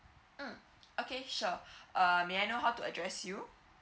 mm okay sure err may I know how to address you